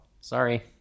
sorry